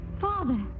Father